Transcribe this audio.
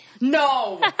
No